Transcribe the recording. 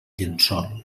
llençol